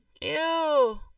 Ew